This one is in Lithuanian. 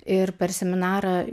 ir per seminarą